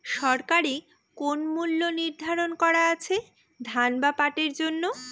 সরকারি কোন মূল্য নিধারন করা আছে ধান বা পাটের জন্য?